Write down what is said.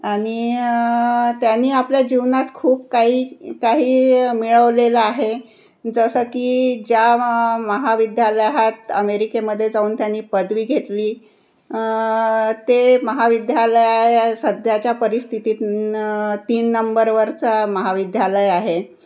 आणि त्यानी आपल्या जीवनात खूप काही काही मिळवलेलं आहे जसं की ज्या महाविद्यालयात अमेरिकेमध्ये जाऊन त्यांनी पदवी घेतली ते महाविद्यालय सध्याच्या परिस्थितीत न तीन नंबरवरचं म्हाविद्यालय आहे